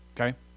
Okay